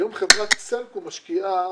היום חברת סלקום משקיעה